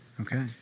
Okay